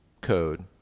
code